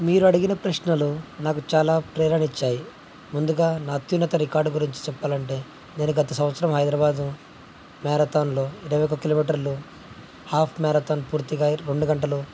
మీరు అడిగిన ప్రశ్నలు నాకు చాలా ప్రేరణ ఇచ్చాయి ముందుగా నా అత్యున్నత రికార్డు గురించి చెప్పాలి అంటే నేను గత సంవత్సరం హైదరాబాదు మ్యారథాన్లో ఇరవై ఒక కిలోమీటర్లు హాఫ్ మ్యారథాన్ పూర్తిగా రెండు గంటలు